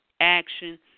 action